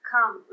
Come